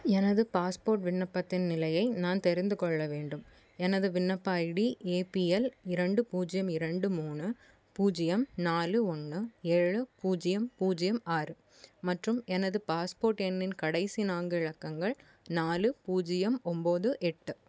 எனது பாஸ்போர்ட் விண்ணப்பத்தின் நிலையை நான் தெரிந்து கொள்ள வேண்டும் எனது விண்ணப்ப ஐடி ஏபிஎல் இரண்டு பூஜ்யம் ரெண்டு மூணு பூஜ்யம் நாலு ஒன்று ஏழு பூஜ்யம் பூஜ்யம் ஆறு மற்றும் எனது பாஸ்போர்ட் எண்ணின் கடைசி நான்கு இலக்கங்கள் நாலு பூஜ்யம் ஒம்பது எட்டு